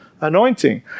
Anointing